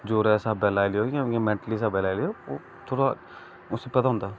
जोरे दे स्हाबे लाई लैओ जां इयां मेन स्हाबें लाई लैओ थोह्ड़ा उसी पता होंदा